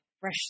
fresh